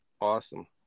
Awesome